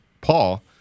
Paul